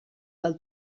del